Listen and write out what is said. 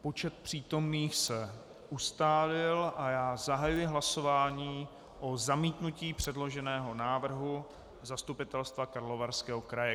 Počet přítomných se ustálil a já zahajuji hlasování o zamítnutí předloženého návrhu Zastupitelstva Karlovarského kraje.